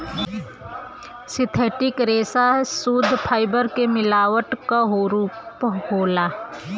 synthetic रेसा सुद्ध fibre के मिलावट क रूप होला